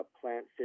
plant